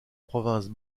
provinces